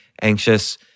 anxious